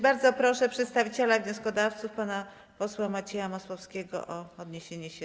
Bardzo proszę przedstawiciela wnioskodawców pana posła Macieja Masłowskiego o odniesienie się.